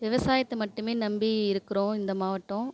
விவசாயத்தை மட்டுமே நம்பி இருக்கிறோம் இந்த மாவட்டம்